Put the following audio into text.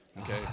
okay